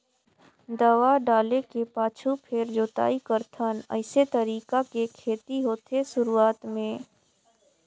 दवा डाले के पाछू फेर जोताई करथन अइसे तरीका के खेती होथे शुरूआत में